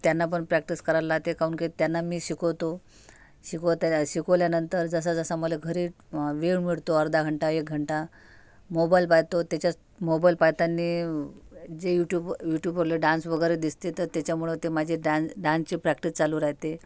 त्यांना पण प्रॅक्टिस करायला लावते काऊन की त्यांना मी शिकवतो शिकवताया शिकवल्यानंतर जसा जसा मला घरी वेळ मिळतो अर्धा घंटा एक घंटा मोबाईल पाहतो त्याच्यास मोबाईल पाहतानी जे यूट्यूव यूट्यूबवरले डान्स वगैरे दिसते तर त्याच्यामुळं ते माझे डान डानची प्रॅक्टिस चालू राहते